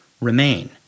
remain